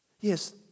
Yes